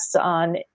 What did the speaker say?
on